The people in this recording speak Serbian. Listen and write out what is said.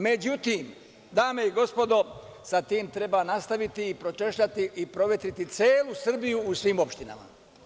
Međutim, dame i gospodo, sa tim treba nastaviti, pročešljati i proveriti celu Srbiju u svim opštinama.